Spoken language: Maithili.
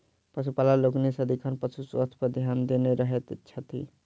पशुपालक लोकनि सदिखन पशु स्वास्थ्य पर ध्यान देने रहैत छथि